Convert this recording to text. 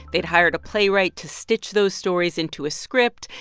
they'd hired a playwright to stitch those stories into a script.